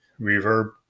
reverb